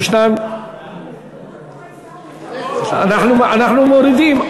אנחנו מורידים.